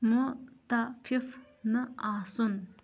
مُتفِف نہٕ آسُن